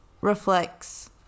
reflects